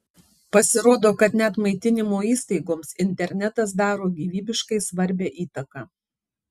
pasirodo kad net maitinimo įstaigoms internetas daro gyvybiškai svarbią įtaką